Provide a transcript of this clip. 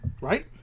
Right